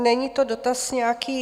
Není to dotaz nějaký...